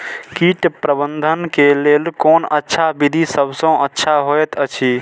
कीट प्रबंधन के लेल कोन अच्छा विधि सबसँ अच्छा होयत अछि?